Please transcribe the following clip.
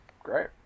great